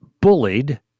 bullied